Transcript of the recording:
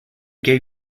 gave